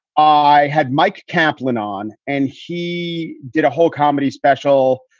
i had mike kaplan on and he did a whole comedy special,